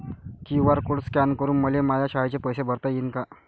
QR code scan करून मले माया शाळेचे पैसे भरता येईन का?